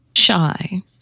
Shy